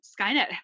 Skynet